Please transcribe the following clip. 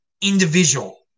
individual